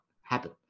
happen